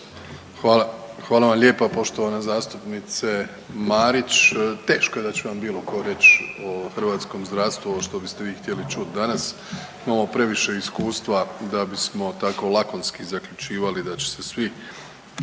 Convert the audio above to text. Hvala vam lijepa poštovana zastupnice Marić. Teško da ćemo bilo ko vam reć o hrvatskom zdravstvu ovo što biste vi htjeli čut danas, imamo previše iskustva da bismo tako lakonski zaključivali da će se svi